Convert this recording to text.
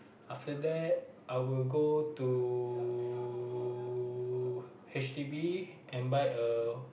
after that I will go to H_D_B and buy a